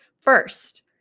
First